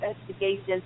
investigations